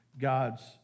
God's